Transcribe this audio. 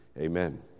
Amen